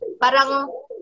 Parang